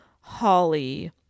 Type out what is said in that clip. holly